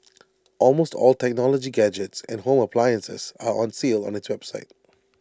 almost all technology gadgets and home appliances are on sale on its website